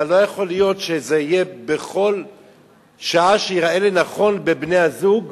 אבל לא יכול להיות שזה יהיה בכל שעה שתיראה לנכון בין בני-הזוג,